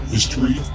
History